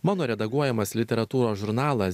mano redaguojamas literatūros žurnalas